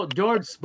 George